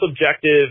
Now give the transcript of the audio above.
subjective